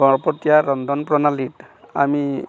বৰপেটীয়া ৰন্ধন প্ৰণালীত আমি